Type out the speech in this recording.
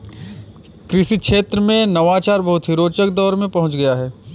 कृषि क्षेत्र में नवाचार बहुत ही रोचक दौर में पहुंच गया है